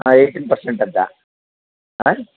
ಹಾಂ eighteen percent ಅಂತ ಹಾಂ